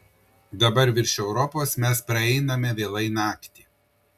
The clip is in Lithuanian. dabar virš europos mes praeiname vėlai naktį